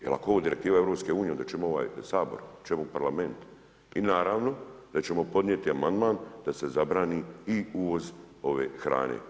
Jer ako je ovo Direktiva EU, onda čemu ovaj Sabor, čemu ovaj Parlament i naravno da ćemo podnijeti amandman da se zabrani i uvoz ove hrane.